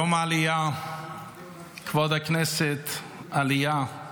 יום העלייה, כבוד הכנסת, עלייה היא